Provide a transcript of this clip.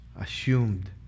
assumed